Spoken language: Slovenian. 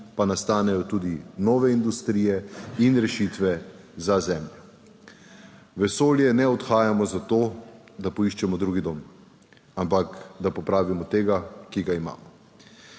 pa nastanejo tudi nove industrije in rešitve za Zemljo. V vesolje ne odhajamo zato, da poiščemo drugi dom, ampak da popravimo tega, ki ga imamo.